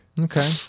Okay